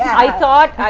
i thought,